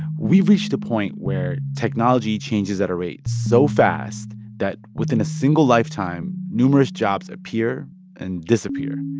we've reached a point where technology changes at a rate so fast that, within a single lifetime, numerous jobs appear and disappear.